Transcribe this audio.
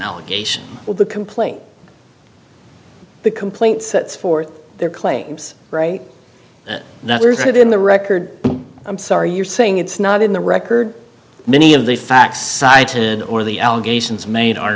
allegation the complaint the complaint sets forth their claims right now there's it in the record i'm sorry you're saying it's not in the record many of the facts cited or the allegations made are